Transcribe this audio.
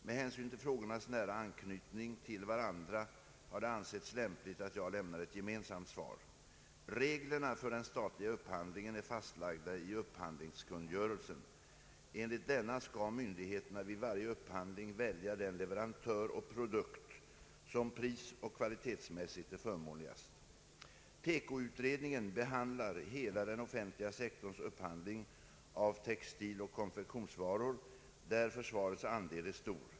Med hänsyn till frågornas nära anknytning till varandra har det ansetts lämpligt att jag lämnar ett gemensamt svar. Reglerna för den statliga upphandlingen är fastlagda i upphandlingskungörelsen. Enligt denna skall myndigheterna vid varje upphandling välja den leverantör och produkt som prisoch kvalitetsmässigt är förmånligast. den offentliga sektorns upphandling av textiloch konfektionsvaror, där försvarets andel är stor.